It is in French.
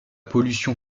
pollution